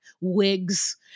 wigs